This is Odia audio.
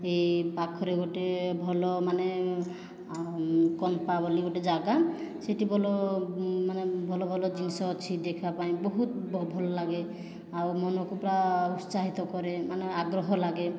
ଏଇ ପାଖରେ ଗୋଟିଏ ଭଲ ମାନେ କମ୍ପା ବୋଲି ଗୋଟିଏ ଜାଗା ସେ'ଠି ଭଲ ମାନେ ଭଲ ଭଲ ଜିନିଷ ଅଛି ଦେଖିବା ପାଇଁ ବହୁତ ଭଲ ଲାଗେ ଆଉ ମନକୁ ପୁରା ଉତ୍ସାହିତ କରେ ମାନେ ଆଗ୍ରହ ଲାଗେ